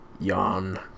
Yawn